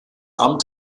amt